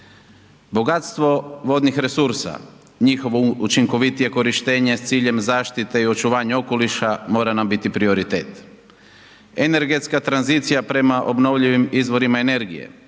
Bogatstvo vodnih resursa, njihovo učinkovitije korištenje s ciljem zaštite i očuvanje okoliša, mora nam biti prioritet. Energetska tranzicija prema obnovljivim izvorima energije,